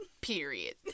Period